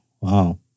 wow